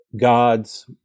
God's